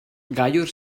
gailur